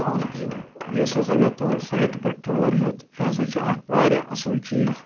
یُس ہَسا مےٚ تُہٕنٛدِ سایٹہِ پٮ۪ٹھ ٹٕرٛمَر ہیوٚت یہِ ہَسا چھِ اَکھ واریاہ اَصٕل چیٖز